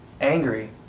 Angry